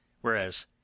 whereas